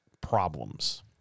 problems